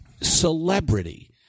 celebrity